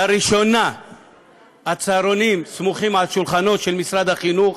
לראשונה הצהרונים סמוכים על שולחנו של משרד החינוך.